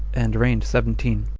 and reigned seventeen.